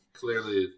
clearly